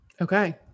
Okay